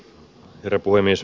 herra puhemies